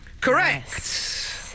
Correct